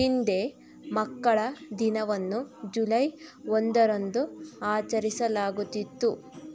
ಹಿಂದೆ ಮಕ್ಕಳ ದಿನವನ್ನು ಜುಲೈ ಒಂದರಂದು ಆಚರಿಸಲಾಗುತ್ತಿತ್ತು